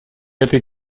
этой